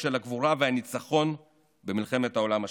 של הגבורה והניצחון במלחמת העולם השנייה.